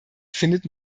findet